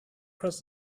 cross